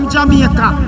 Jamaica